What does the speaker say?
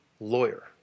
lawyer